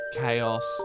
chaos